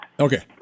Okay